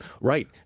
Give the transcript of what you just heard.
Right